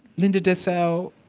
linda dessau?